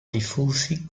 diffusi